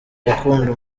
gukunda